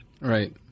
Right